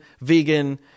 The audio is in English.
vegan